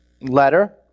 Letter